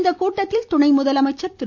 இக்கூட்டத்தில் துணை முதலமைச்சர் திரு